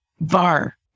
VAR